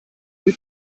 lui